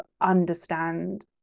understand